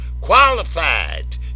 qualified